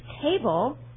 table